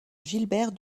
gilbert